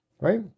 Right